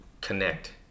connect